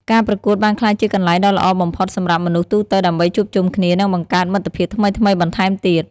ការប្រកួតបានក្លាយជាកន្លែងដ៏ល្អបំផុតសម្រាប់មនុស្សទូទៅដើម្បីជួបជុំគ្នា និងបង្កើតមិត្តភាពថ្មីៗបន្ថែមទៀត។